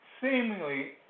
seemingly